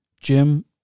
Jim